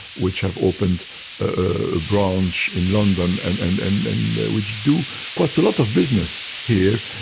which have opened a branch in london and and and and which do quite a lot of business here,